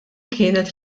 kienet